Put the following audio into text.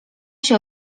się